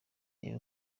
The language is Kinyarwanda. reba